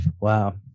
Wow